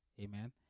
Amen